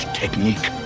technique